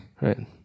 Right